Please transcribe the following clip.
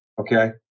okay